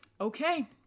okay